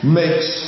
makes